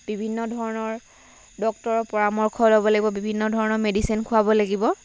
বিভিন্ন ধৰণৰ ডক্টৰৰ পৰামৰ্শ ল'ব লাগিব বিভিন্ন ধৰণৰ মেডিচিন খোৱাব লাগিব